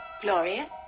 Gloria